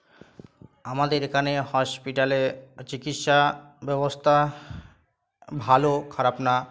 আমাদের এখানে হসপিটালে চিকিৎসা ব্যবস্থা ভালো খারাপ না